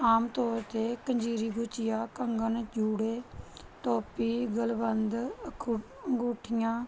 ਆਮ ਤੌਰ 'ਤੇ ਕੰਜੀਰੀ ਗੁਝੀਆ ਕੰਗਣ ਜੂੜੇ ਟੋਪੀ ਗਲਵੰਦ ਅੰਖੁ ਅੰਗੂਠੀਆਂ